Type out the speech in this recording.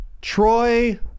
Troy